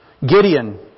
Gideon